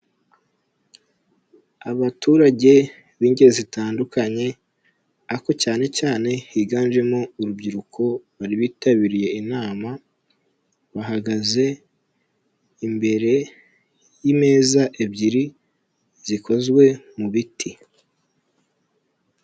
Abaturage b'ingeri zitandukanye ako cyane cyane higanjemo urubyiruko bari bitabiriye inama, bahagaze imbere y'imeza ebyiri zikozwe mu biti.